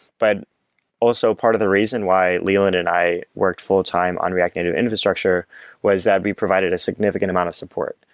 but also part of the reason why leland and i worked full-time on react native infrastructure was that we provided a significant amount of support.